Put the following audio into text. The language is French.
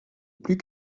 plus